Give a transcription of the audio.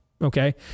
Okay